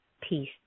peace